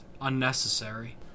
unnecessary